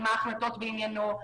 מה החלטות בעניינו,